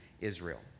Israel